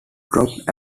dropped